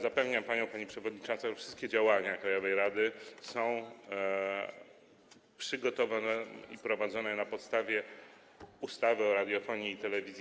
Zapewniam panią, pani przewodnicząca, że wszystkie działania krajowej rady są przygotowywane i prowadzone na podstawie ustawy o radiofonii i telewizji.